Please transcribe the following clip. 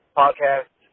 podcast